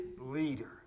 leader